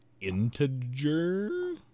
integer